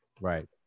Right